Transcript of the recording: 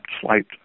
slight